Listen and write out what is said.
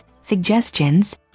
suggestions